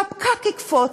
שהפקק יקפוץ,